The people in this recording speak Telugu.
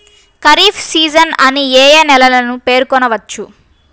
ఖరీఫ్ సీజన్ అని ఏ ఏ నెలలను పేర్కొనవచ్చు?